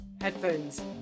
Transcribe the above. headphones